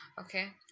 okay